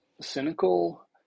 cynical